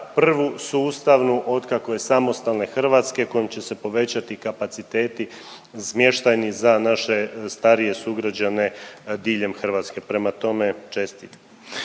prvu sustavnu otkako je samostalne Hrvatske kojom će se povećati kapaciteti smještajni za naše starije sugrađane diljem Hrvatske. Prema tome, čestitke.